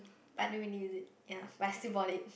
but no one use it ya but I have to bought it